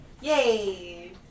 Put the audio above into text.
Yay